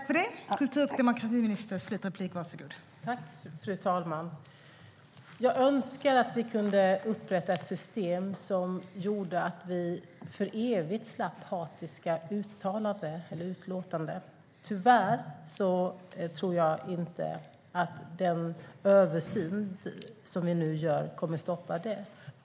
Fru talman! Jag önskar att vi kunde upprätta ett system som gjorde att vi för evigt slapp hatiska uttalanden. Tyvärr tror jag inte att den översyn som vi nu gör kommer att stoppa det.